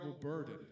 burden